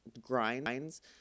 grinds